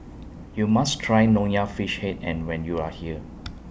YOU must Try Nonya Fish Head and when YOU Are here